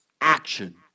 action